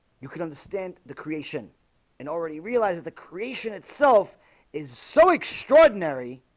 you could understand the creation and already realize that the creation itself is so extraordinary